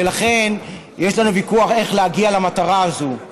ולכן יש לנו ויכוח איך להגיע למטרה הזאת,